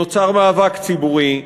נוצר מאבק ציבורי.